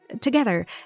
Together